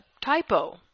typo